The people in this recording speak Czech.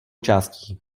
částí